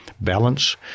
balance